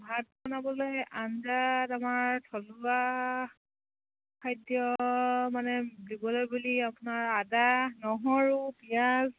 ভাত বনাবলৈ আঞ্জাত আমাৰ থলুৱা খাদ্য মানে দিবলৈ বুলি আপোনাৰ আদা নহৰু পিঁয়াজ